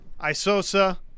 Isosa